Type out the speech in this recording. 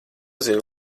zini